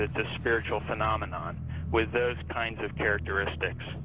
that's a spiritual phenomenon with those kinds of characteristics